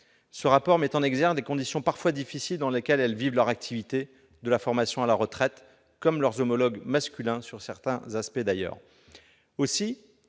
ce rapport met en exergue les conditions parfois difficiles dans lesquelles elles vivent leur activité, de la formation à la retraite, à l'instar de leurs homologues masculins sur certains aspects.